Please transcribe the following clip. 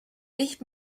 nicht